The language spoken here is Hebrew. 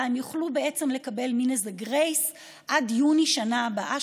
אלא הם יוכלו בעצם לקבל איזה גרייס עד יוני בשנה הבאה,